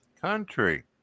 Country